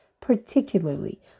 particularly